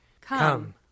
Come